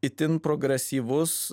itin progresyvus